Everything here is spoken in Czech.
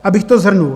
Abych to shrnul.